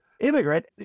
immigrant